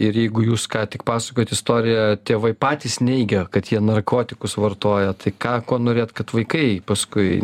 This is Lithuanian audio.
ir jeigu jūs ką tik pasakojot istoriją tėvai patys neigia kad jie narkotikus vartoja tai ką ko norėt kad vaikai paskui